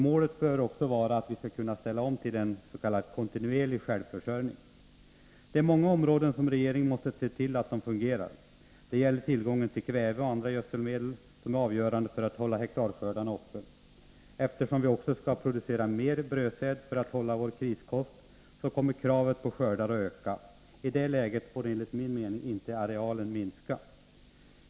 Målet bör också vara att vi skall kunna ställa om till en s.k. kontinuerlig självförsörjning. Det är på många områden som regeringen måste se till att det fungerar. Det gäller tillgången till kväve och andra gödselmedel som är avgörande för betydelse för folkförsörjningen betydelse för folkförsörjningen om vi skall kunna hålla hektarskördarna uppe. Eftersom vi också skall producera mer brödsäd för att hålla vår kriskost, kommer kravet på skördar att öka. I det läget får enligt min mening inte arealen minska.